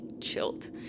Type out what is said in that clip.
chilled